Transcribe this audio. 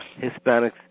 Hispanics